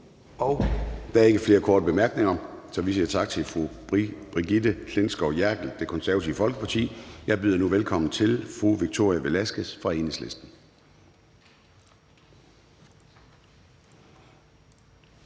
Der er ikke flere korte bemærkninger, så vi siger tak til fru Brigitte Klintskov Jerkel, Det Konservative Folkeparti. Jeg byder nu velkommen til fru Victoria Velasquez fra Enhedslisten.